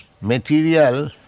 material